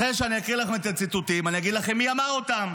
אחרי שאני אקריא לך את הציטוטים אני אגיד לכם מי אמר אותם.